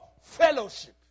fellowship